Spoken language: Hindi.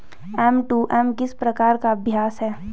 एम.टू.एम किस प्रकार का अभ्यास है?